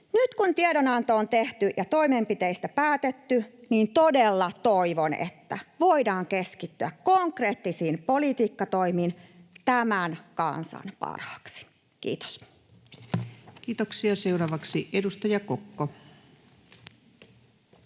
Nyt kun tiedonanto on tehty ja toimenpiteistä päätetty, todella toivon, että voidaan keskittyä konkreettisiin politiikkatoimiin tämän kansan parhaaksi. — Kiitos. [Speech 298] Speaker: